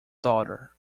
daughter